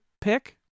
pick